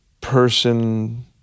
person